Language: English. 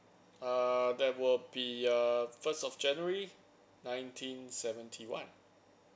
err that would be a first of january nineteen seventy one